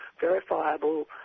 verifiable